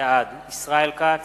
בעד ישראל כץ,